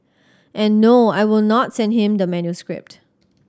and no I will not send him the manuscript